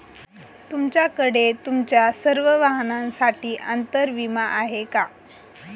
तुमच्याकडे तुमच्या सर्व वाहनांसाठी अंतर विमा आहे का